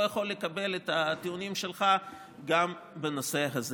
אני לא יכול לקבל את הטיעונים שלך גם בנושא הזה.